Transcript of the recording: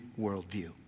worldview